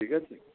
ঠিক আছে